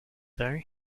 though